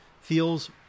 feels